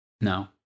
no